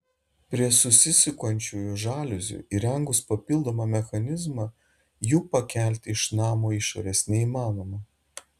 prie susisukančiųjų žaliuzių įrengus papildomą mechanizmą jų pakelti iš namo išorės neįmanoma